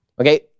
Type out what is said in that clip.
Okay